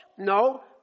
No